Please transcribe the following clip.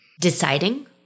deciding